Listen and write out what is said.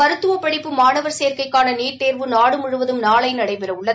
மருத்துவ படிப்பு மாணவர் சேர்க்கைக்கான நீட் தேர்வு நாடு முழுவதும் நாளை நடைபெறவுள்ளது